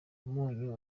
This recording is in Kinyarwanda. umunyu